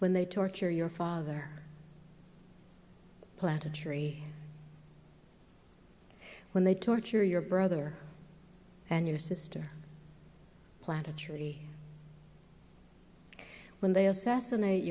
when they torture your father plant a tree when they torture your brother and your sister plant a tree when they assassinate